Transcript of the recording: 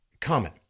common